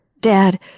Dad